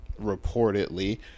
reportedly